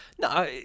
No